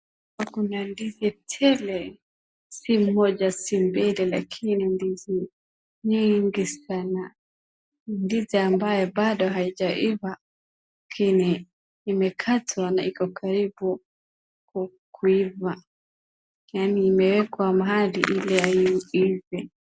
Hapa kuna ndizi tele si moja si mbili lakini ni ndizi mingi sana, ndizi ambayo bado haijaiva lakini imekatwa na iko karibu kuiva, yaani imewekwa mahali ili iive.